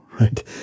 right